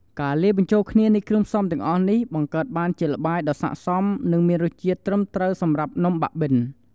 ការលាយបញ្ចូលគ្នានៃគ្រឿងផ្សំទាំងអស់នេះ បង្កើតបានជាល្បាយដ៏ស័ក្តិសម និងមានរសជាតិត្រឹមត្រូវសម្រាប់នំបាក់បិន។